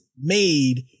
made